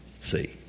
See